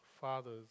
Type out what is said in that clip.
fathers